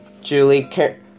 Julie